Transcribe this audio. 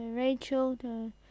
Rachel